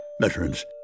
Veterans